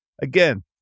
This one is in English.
Again